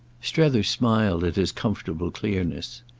strether smiled at his comfortable clearness.